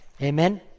Amen